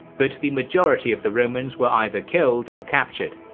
but the majority of the romans were either killed or captured.